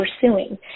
pursuing